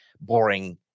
boring